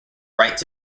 rights